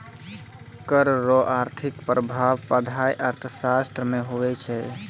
कर रो आर्थिक प्रभाब पढ़ाय अर्थशास्त्र मे हुवै छै